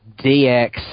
DX